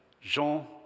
Jean